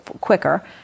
quicker